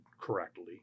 correctly